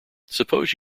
suppose